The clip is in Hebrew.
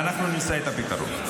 אנחנו נמצא את הפתרון.